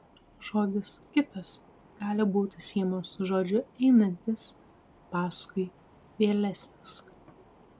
žodis kitas gali būti siejamas su žodžiu einantis paskui vėlesnis